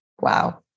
Wow